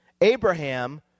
Abraham